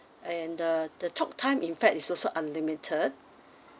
and the the talk time in fact is also unlimited